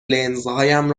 لنزهایم